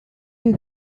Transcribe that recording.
you